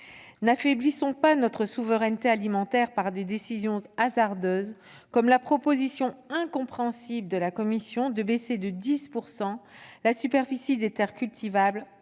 N'affaiblissons pas notre souveraineté alimentaire par des décisions hasardeuses, comme la proposition incompréhensible de la Commission européenne de baisser de 10 % la superficie des terres cultivables